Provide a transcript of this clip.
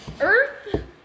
earth